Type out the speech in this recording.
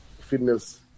fitness